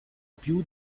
più